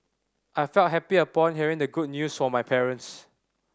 I felt happy upon hearing the good news from my parents